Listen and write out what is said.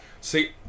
See